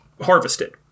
harvested